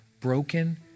Broken